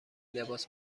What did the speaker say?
لباس